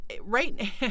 right